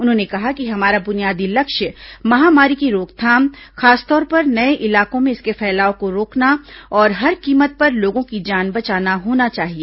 उन्होंने कहा कि हमारा बुनियादी लक्ष्य महामारी की रोकथाम खासतौर पर नये इलाकों में इसके फैलाव को रोकना और हर कीमत पर लोगों की जान बचाना होना चाहिए